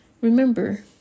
remember